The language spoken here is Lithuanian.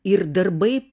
ir darbai